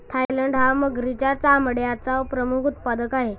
Thailand हा मगरीच्या चामड्याचा प्रमुख उत्पादक आहे